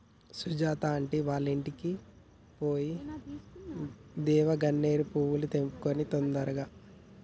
Sujatha aunty వాళ్ళింటికి పోయి దేవగన్నేరు పూలు తెంపుకొని రా తొందరగా